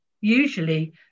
usually